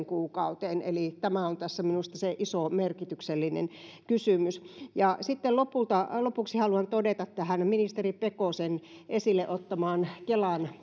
kuukauteen eli tämä on tässä minusta se iso merkityksellinen kysymys sitten lopuksi haluan todeta ministeri pekosen esille ottamasta kelan